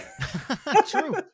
True